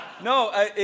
No